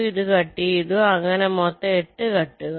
ഇതു ഇത് കട്ട് ചെയ്തു അങ്ങനെ മൊത്തം 8 കട്ടുകൾ